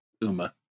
Uma